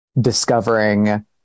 discovering